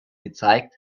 gezeigt